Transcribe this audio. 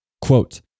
Quote